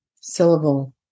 syllable